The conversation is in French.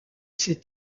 ses